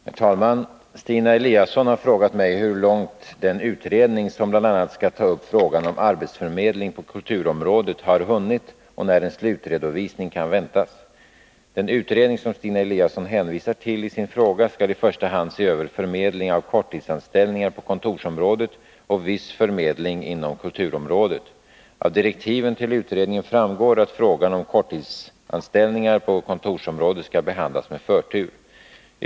Herr talman! Stina Eliasson har frågat mig hur långt den utredning som bl.a. skall ta upp frågan om arbetsförmedling på kulturområdet har hunnit och när en slutredovisning kan väntas. Den utredning som Stina Eliasson hänvisar till i sin fråga skall i första hand se över förmedling av korttidsanställningar på kontorsområdet och viss förmedling inom kulturområdet. Av direktiven till utredningen framgår att frågan om korttidsanställningar på kontorsområdet skall behandlas med förtur.